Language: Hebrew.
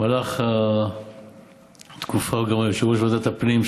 במהלך התקופה הוא גם היה יושב-ראש ועדת הפנים,